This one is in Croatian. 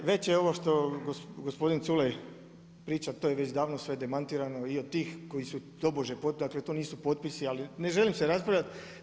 Dakle već je ovo što gospodin Culej priča to je već davno sve demantirano i od tih koji su tobože potakli, to nisu potpisi, ali ne želim se raspravljati.